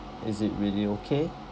is it really okay